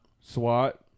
SWAT